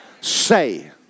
Say